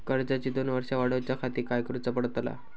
कर्जाची दोन वर्सा वाढवच्याखाती काय करुचा पडताला?